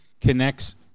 connects